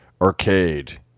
Arcade